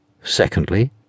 Secondly